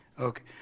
Okay